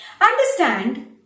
Understand